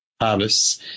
harvests